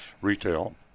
retail